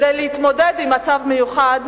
כדי להתמודד עם מצב מיוחד,